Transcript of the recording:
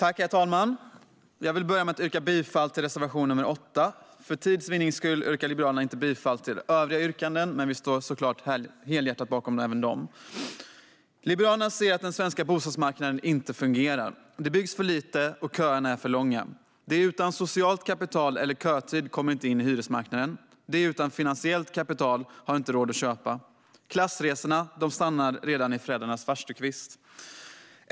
Herr talman! Jag vill börja med att yrka bifall till reservation nr 8. För tids vinnande yrkar vi i Liberalerna inte bifall till våra övriga reservationer, men vi står såklart helhjärtat bakom även dem. Liberalerna ser att den svenska bostadsmarknaden inte fungerar. Det byggs för lite, och köerna är för långa. De utan socialt kapital eller kötid kommer inte in på hyresmarknaden. De utan finansiellt kapital har inte råd att köpa. Klassresorna stannar redan i föräldrarnas farstukvist.